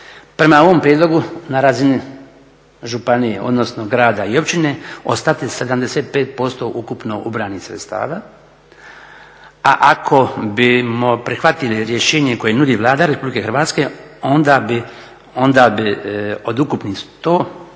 prema ovom prijedlogu na razini županije odnosno grada i općine ostati 75% ukupno ubranih sredstava, a ako bimo prihvatili rješenje koje nudi Vlada RH onda bi od ukupni 100 kuna ubranih